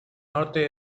norte